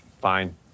fine